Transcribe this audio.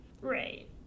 Right